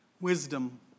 wisdom